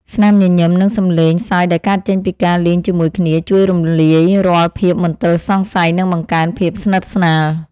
ស្នាមញញឹម និងសំឡេងសើចដែលកើតចេញពីការលេងជាមួយគ្នាជួយរំលាយរាល់ភាពមន្ទិលសង្ស័យ និងបង្កើនភាពស្និទ្ធស្នាល។